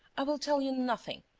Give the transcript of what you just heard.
i will tell you nothing